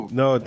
no